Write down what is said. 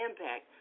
impact